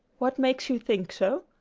what makes you think so?